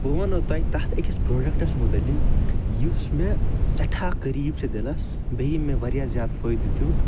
بہٕ وَنہو تۄہہِ تتھ أکِس پرٛوڈَکٹَس متعلق یُس مےٚ سٮ۪ٹھاہ قریٖب چھُ دِلَس بیٚیہِ ییٚمۍ مےٚ واریاہ زیادٕ فٲیدٕ دیٛوت